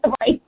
right